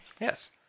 yes